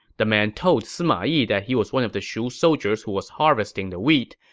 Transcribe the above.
the man told sima yi that he was one of the shu soldiers who was harvesting the wheat,